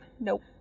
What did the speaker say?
Nope